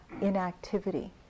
inactivity